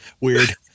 Weird